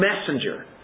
messenger